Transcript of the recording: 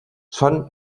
són